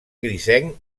grisenc